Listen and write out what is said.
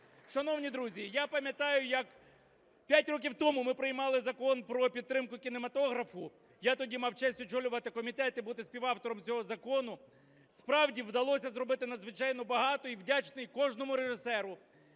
Шановні друзі, я пам'ятаю, як п'ять років тому ми приймали Закон про підтримку кінематографу, я тоді мав честь очолювати комітет і бути співавтором цього закону. Справді, вдалося зробити надзвичайно багато і вдячний кожному режисеру,